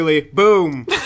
boom